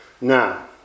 Now